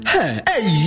Hey